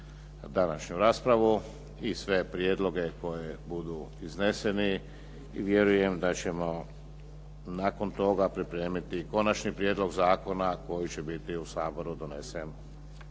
današnju raspravu i sve prijedloge koji budu izneseni i vjerujem da ćemo nakon toga pripremiti konačni prijedlog zakona koji će biti u Saboru donesen